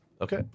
Okay